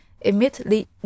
immediately